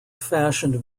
fashioned